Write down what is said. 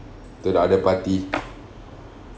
to the other party